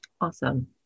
Awesome